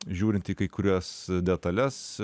žiūrint į kai kurias detales